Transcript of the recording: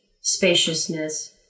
spaciousness